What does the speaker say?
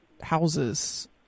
houses